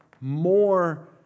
More